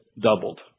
doubled